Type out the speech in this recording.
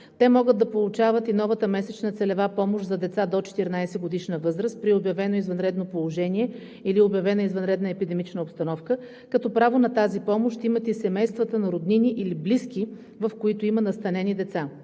Те могат да получават и новата месечна целева помощ за деца до 14-годишна възраст при обявено извънредно положение или обявена извънредна епидемична обстановка, като право на тази помощ имат и семействата на роднини или близки, в които има настанени деца.